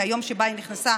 מהיום שבו היא נכנסה